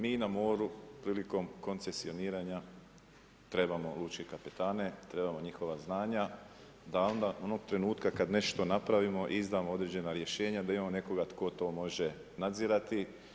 Mi na moru prilikom koncesijoniranja, trebamo lučke kapetane, trebamo njihova znanja, da onda, onog trenutka kada nešto napravimo i izdamo određena rješenja, da imamo nekoga tko to može nadzirati.